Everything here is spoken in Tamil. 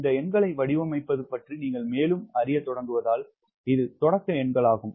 இந்த எண்களை வடிவமைப்பது பற்றி நீங்கள் மேலும் அறியத் தொடங்குவதால் இது தொடக்க எண்களாகும்